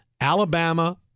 Alabama